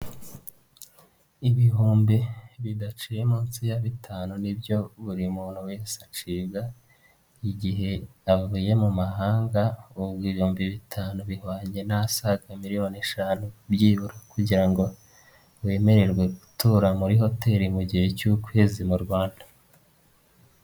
Ibihumbi bidaciye munsi ya bitanu ni nibyo buri muntu wese acibwa igihe avuye mu mahanga ubwo ibihumbi bitanu bihwanye n'asaga miliyoni eshanu byibura kugira ngo wemererwe gutura muri hoteri mu gihe cy'ukwezi mu Rwanda.